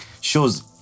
shows